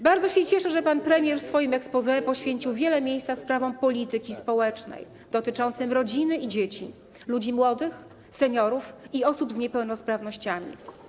Bardzo się cieszę, że pan premier w swoim exposé poświęcił wiele miejsca sprawom polityki społecznej, dotyczącym rodziny i dzieci, ludzi młodych, seniorów i osób z niepełnosprawnościami.